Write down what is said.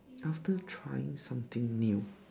after trying something new